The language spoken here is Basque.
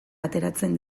ateratzen